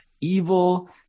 evil